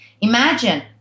Imagine